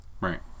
Right